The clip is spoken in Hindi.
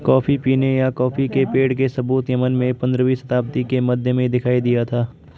कॉफी पीने या कॉफी के पेड़ के सबूत यमन में पंद्रहवी शताब्दी के मध्य में दिखाई दिया था